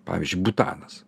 pavyzdžiui butanas